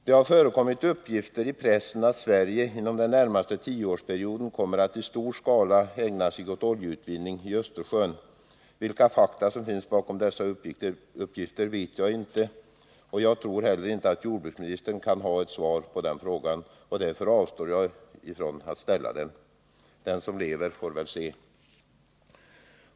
Det har förekommit uppgifter i pressen att Sverige inom den närmaste tioårsperioden kommer att i stor skala ägna sig åt oljeutvinning i Östersjön. Vilka fakta som finns bakom dessa uppgifter vet jag inte, och jag tror heller inte att jordbruksministern kan ge ett svar. Därför avstår jag från att ställa frågan. Den som lever får se.